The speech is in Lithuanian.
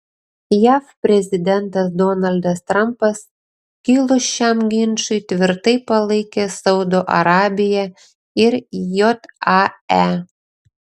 jav prezidentas donaldas trampas kilus šiam ginčui tvirtai palaikė saudo arabiją ir jae